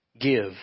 Give